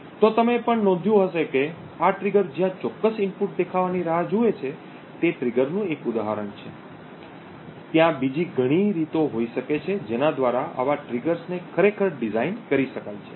તો તમે પણ નોંધ્યું હશે કે આ ટ્રિગર જ્યાં ચોક્કસ ઇનપુટ દેખાવાની રાહ જુએ છે તે ટ્રિગરનું એક ઉદાહરણ છે ત્યાં બીજી ઘણી રીતો હોઈ શકે છે જેના દ્વારા આવા ટ્રિગર્સને ખરેખર ડિઝાઇન કરી શકાય છે